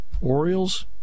Orioles